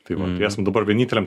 tai va tai esam dabar vieninteliam